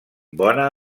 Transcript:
bona